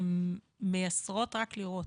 שהם מייסרות רק לראות,